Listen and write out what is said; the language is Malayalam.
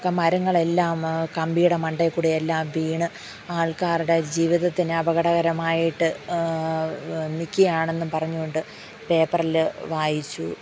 മരങ്ങളെല്ലാം കമ്പിയടെ മണ്ടയിൽക്കൂടിയെല്ലാം വീണു ആൾക്കാരുടെ ജീവിതത്തിന് അപകടകരമായിട്ട് നിൽക്കുകകയാണെന്ന് പറഞ്ഞുകൊണ്ട് പേപ്പറിൽ വായിച്ചു